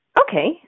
Okay